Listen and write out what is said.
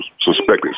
suspected